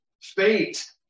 fate